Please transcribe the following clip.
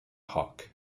hawke